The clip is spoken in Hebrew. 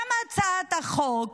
הצעת החוק